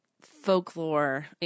folklore